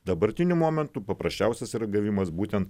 dabartiniu momentu paprasčiausias yra gavimas būtent